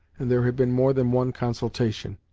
and there had been more than one consultation.